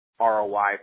ROI